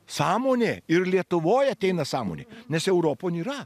sąmonė ir lietuvoj ateina sąmonė nes europon yra